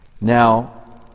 Now